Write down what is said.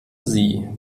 sie